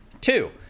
Two